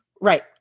Right